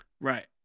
Right